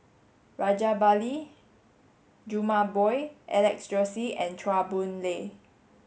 Rajabali Jumabhoy Alex Josey and Chua Boon Lay